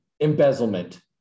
embezzlement